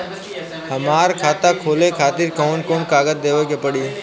हमार खाता खोले खातिर कौन कौन कागज देवे के पड़ी?